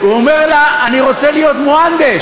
הוא אומר לה: אני רוצה להיות מוהנדס.